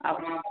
ଆପଣ